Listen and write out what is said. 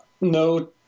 no